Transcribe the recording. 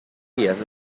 guías